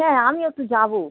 হ্যাঁ আমিও তো যাবো